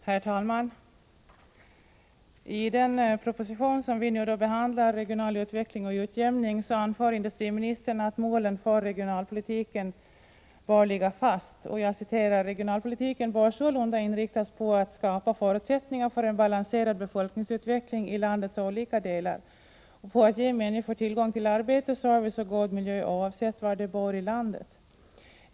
Herr talman! I den proposition som vi nu behandlar — Regional utveckling och utjämning — anför industriministern att målen för regionalpolitiken bör ligga fast. Jag citerar: ”Regionalpolitiken bör sålunda inriktas på att skapa förutsättningar för en balanserad befolkningsutveckling i landets olika delar och på att ge människor tillgång till arbete, service och god miljö oavsett var de bor i landet.